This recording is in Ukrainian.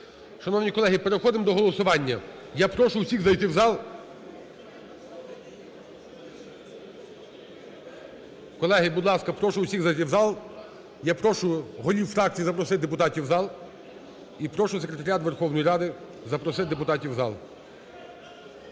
Шановні колеги, переходимо до голосування. Я прошу всіх зайти в зал. Колеги, будь ласка, прошу всіх зайти в зал. Я прошу голів фракцій запросити депутатів в зал і прошу Секретаріат Верховної Ради запросити депутатів в зал.